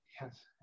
Yes